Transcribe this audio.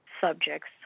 subjects